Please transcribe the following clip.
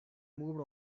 moved